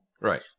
Right